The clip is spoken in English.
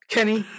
Kenny